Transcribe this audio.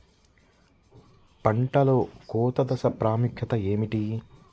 పంటలో కోత దశ ప్రాముఖ్యత ఏమిటి?